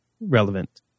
relevant